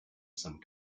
some